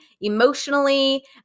emotionally